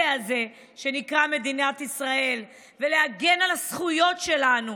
הזה שנקרא מדינת ישראל ולהגן על הזכויות שלנו,